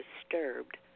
disturbed